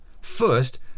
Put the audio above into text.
First